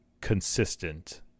consistent